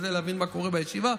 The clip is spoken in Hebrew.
להבין מה קורה בישיבה,